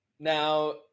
Now